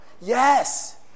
Yes